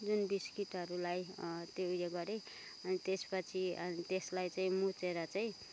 जुन बिस्कुटहरूलाई त्यो उयो गरेँ अनि त्यसपछि अनि त्यसलाई चाहिँ मुछेर चाहिँ